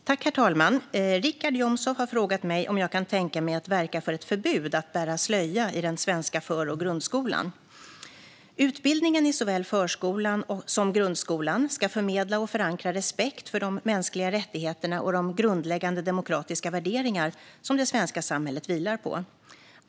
Herr talman! Richard Jomshof har frågat mig om jag kan tänka mig att verka för ett förbud att bära slöja i den svenska för och grundskolan. Utbildningen i såväl förskolan som grundskolan ska förmedla och förankra respekt för de mänskliga rättigheterna och de grundläggande demokratiska värderingar som det svenska samhället vilar på.